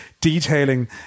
detailing